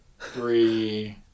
three